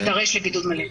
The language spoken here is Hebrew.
יידרש לבידוד מלא.